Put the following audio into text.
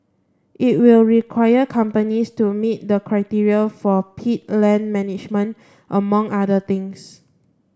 it will require companies to meet the criteria for peat land management among other things